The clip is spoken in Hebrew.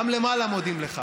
גם למעלה מודים לך